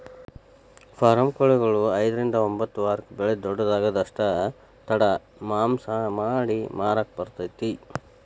form ಕೊಳಿಗಳು ಐದ್ರಿಂದ ಒಂಬತ್ತ ವಾರಕ್ಕ ಬೆಳಿದ ದೊಡ್ಡು ಆಗುದಷ್ಟ ತಡ ಮಾಂಸ ಮಾಡಿ ಮಾರಾಕ ಬರತೇತಿ